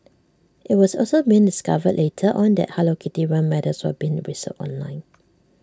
IT was also being discovered later on that hello kitty run medals were being resold online